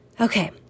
Okay